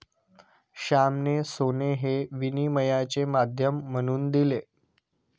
श्यामाने सोने हे विनिमयाचे माध्यम म्हणून दिले